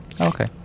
Okay